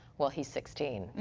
well, he's sixteen.